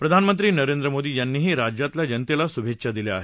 प्रधानमंत्री नरेंद्र मोदी यांनीही राज्यातल्या जनतेला शुभेच्छा दिल्या आहेत